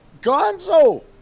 Gonzo